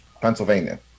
pennsylvania